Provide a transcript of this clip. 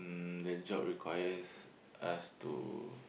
um that job requires us to